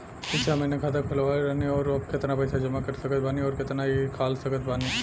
पिछला महीना खाता खोलवैले रहनी ह और अब केतना पैसा जमा कर सकत बानी आउर केतना इ कॉलसकत बानी?